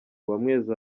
uwamwezi